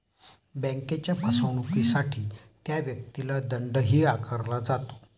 बँकेच्या फसवणुकीसाठी त्या व्यक्तीला दंडही आकारला जातो